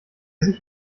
sich